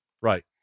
Right